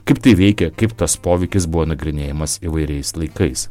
kaip tai veikia kaip tas poveikis buvo nagrinėjamas įvairiais laikais